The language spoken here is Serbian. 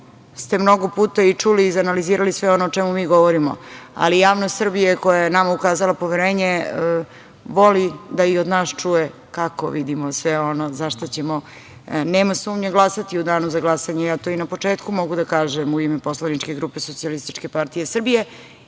ste mnogo puta i čuli i izanalizirali ono o čemu mi govorimo, ali javnost Srbije, koja je nama ukazala poverenje, voli da i od nas čuje kako vidimo sve ono za šta ćemo, nema sumnje, glasati u danu za glasanje. Ja to i na početku mogu da kažem u ime poslaničke grupe Socijalističke partije Srbije,